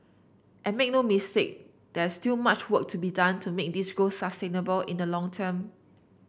and make no mistake there's still much work to be done to make this growth sustainable in the long term